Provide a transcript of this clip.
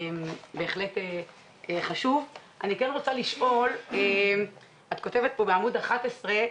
אני רוצה לשאול, את כותבת בעמוד 11: